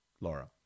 Laura